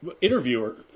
interviewer